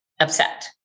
upset